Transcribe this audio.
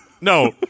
No